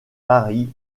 paris